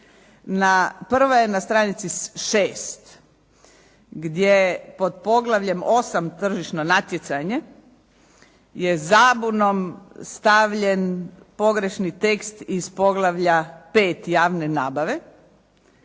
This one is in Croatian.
Prva je na stranici šest, gdje pod poglavljem 8. – Tržišno natjecanje je zabunom stavljen pogrešni tekst iz poglavlja 5. – Javne nabave,